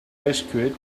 rescued